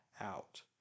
out